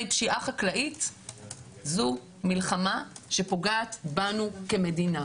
פשיעה חקלאית זו מלחמה שפוגעת בנו כמדינה,